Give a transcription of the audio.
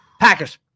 Packers